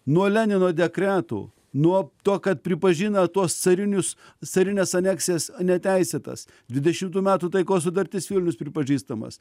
nuo lenino dekretų nuo to kad pripažina tuos carinius carines aneksijas neteisėtas dvidešimtų metų taikos sutartis vilnius pripažįstamas